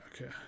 okay